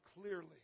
clearly